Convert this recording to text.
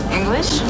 English